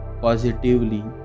positively